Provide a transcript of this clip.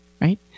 right